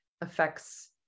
affects